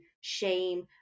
shame